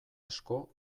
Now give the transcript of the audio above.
asko